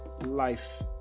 Life